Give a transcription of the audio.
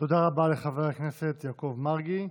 תודה רבה לחבר הכנסת יעקב מרגי.